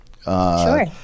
Sure